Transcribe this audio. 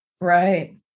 Right